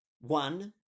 One